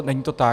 Není to tak.